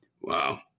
wow